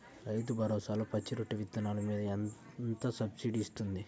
రైతు భరోసాలో పచ్చి రొట్టె విత్తనాలు మీద ఎంత సబ్సిడీ ఇస్తుంది?